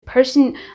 person